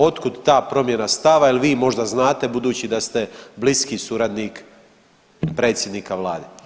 Otkud ta promjena stava jel vi možda znate budući da ste bliski suradnik predsjednika vlade?